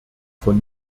von